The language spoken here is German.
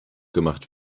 gemacht